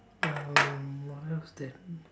um one of them